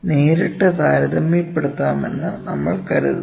നേരിട്ട് താരതമ്യപ്പെടുത്താമെന്ന് നമ്മൾ കരുതുന്നു